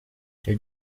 icyo